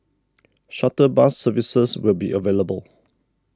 shuttle bus services will be available